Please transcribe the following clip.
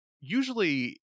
usually